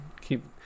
keep